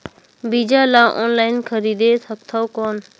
बीजा ला ऑनलाइन खरीदे सकथव कौन?